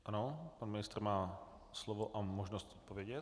Ano, pan ministr má slovo a možnost odpovědět.